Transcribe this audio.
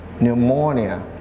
pneumonia